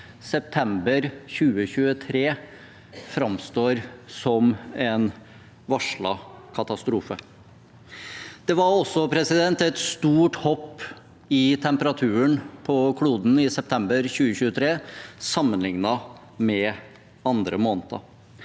September 2023 framstår som en varslet katastrofe. Det var også et stort hopp i temperaturen på kloden i september 2023 sammenlignet med andre måneder.